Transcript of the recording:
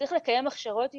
מנקודת מבטי,